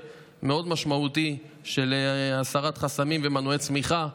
משמעותי מאוד של הסרת חסמים ומנועי צמיחה,